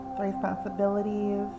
responsibilities